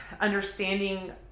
understanding